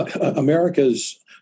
America's